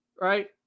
Right